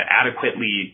adequately